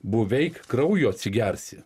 bo veik kraujo atsigersi